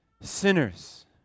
sinners